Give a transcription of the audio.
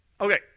Okay